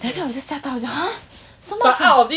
then 我就吓到 !huh! so much